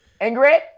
Ingrid